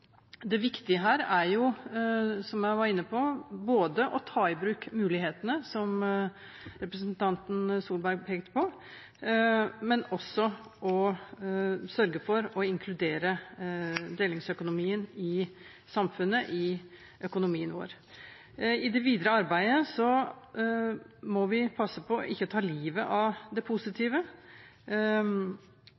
Det viktige her er, som jeg var inne på, både å ta i bruk mulighetene, som representanten Tvedt Solberg pekte på, og å sørge for å inkludere delingsøkonomien i samfunnet, i økonomien vår. I det videre arbeidet må vi passe på ikke å ta livet av det